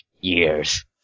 years